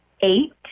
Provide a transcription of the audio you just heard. eight